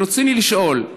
ברצוני לשאול,